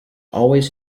always